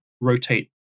rotate